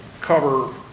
cover